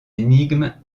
énigme